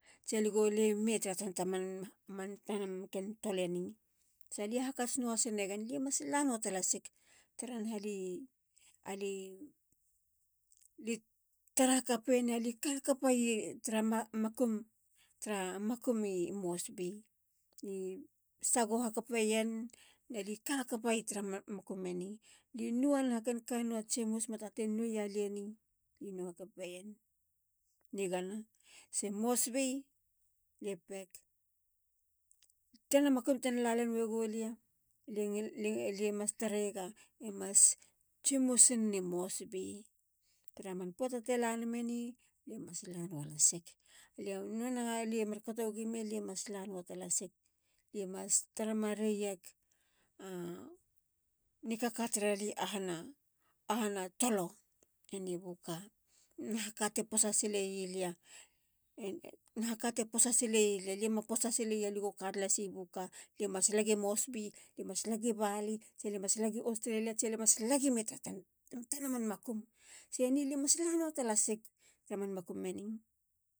Tsia lie go lie go leme ta tanta manken toleni. salie hakats nua talasik. tara naha. li. ali tara hakape na li kahakaye tara makum i moresby. li sagoho hakapeyen. na li kahakapeyi tara makum eni,. li no a nahaken kannou a tsimus. mataten noweya lie ni. li no hakaapeyen. nigana. se mosbi. lie peg. tana makum tena lalen wegolia. lie mas tareyega e mas tsimus neni mosbi. tara man poata te la no eni. lie mas lanualasig. lianuana lie markato wagi me. lie mas lanua talasik. lie mastareyega nikaka tara lia i ahana. ahana tolo eni buka. Nahaka ti po sileyilia. nahaka to posa sileyilia. lima posa sileya le go katlas ye buka. lie mas lagi mosbi. lie mas lagi bali. lie mas lagi australia. tsia lie mas lagi me tara man tana man makum. se. ni. alie mas lanua talasik tara man makum eni.